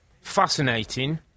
fascinating